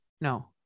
no